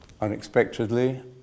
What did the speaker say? unexpectedly